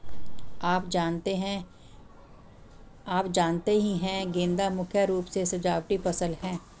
आप जानते ही है गेंदा मुख्य रूप से सजावटी फसल है